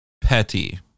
petty